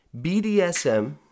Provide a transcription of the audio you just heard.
BDSM